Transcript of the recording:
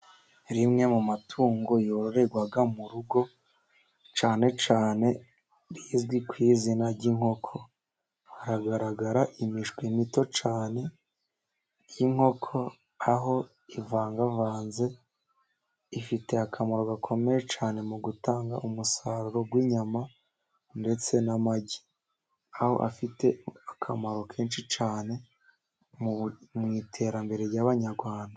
Rimwe mu matungo yororerwa mu rugo cyane cyane rizwi ku izina ry' inkoko, hagaragara imishwi mito cyane y' inkoko aho ivangavanze, ifite akamaro gakomeye cyane mu gutanga umusaruro w' inyama ndetse n' amagi, aho afite akamaro kenshi cyane mu iterambere ry' abanyarwanda.